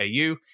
au